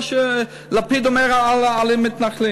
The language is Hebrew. מה שלפיד אומר על המתנחלים.